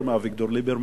יותר מאביגדור ליברמן?